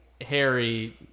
harry